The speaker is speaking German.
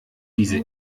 diese